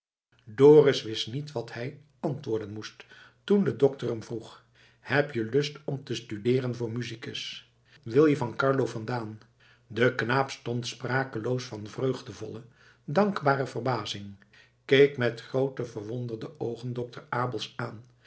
dorus wist niet wat hij antwoorden moest toen de dokter hem vroeg heb je lust om te studeeren voor musicus wil je van carlo vandaan de knaap stond sprakeloos van vreugdevolle dankbare verbazing keek met groote verwonderde oogen dokter abels aan